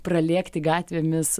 pralėkti gatvėmis